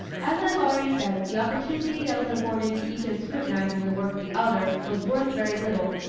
as i have already said, the opportunity that was afforded to each of scrutinising the work of the other, was worth very little,